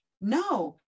no